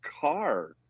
car